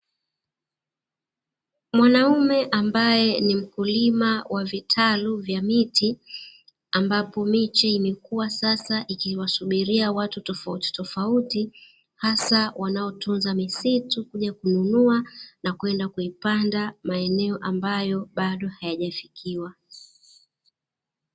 mwanaume ambaye ni mkulima wa vitalu vya miti ambapo miche, imekua sasa ikiwasubiria watu tofauti tofauti hasa wanao tunza, misitu kuja kuinunua na kwenda kuipanda kwenye maeneo ambayo bado hayajafikiwa.